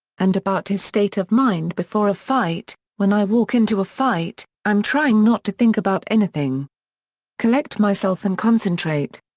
and about his state of mind before a fight when i walk into a fight, i'm trying not to think about anything collect myself and concentrate.